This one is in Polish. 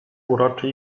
uroczy